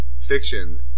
fiction